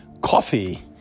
Coffee